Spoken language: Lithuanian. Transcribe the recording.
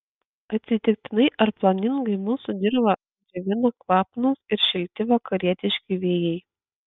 atsitiktinai ar planingai mūsų dirvą džiovina kvapnūs ir šilti vakarietiški vėjai